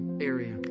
area